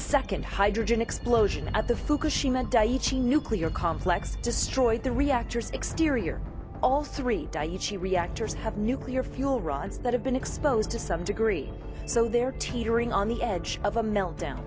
second hydrogen explosion at the fukushima daiichi nuclear complex destroyed the reactors exterior all three daiichi reactors have nuclear fuel rods that have been exposed to some degree so they are teetering on the edge of a meltdown